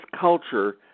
culture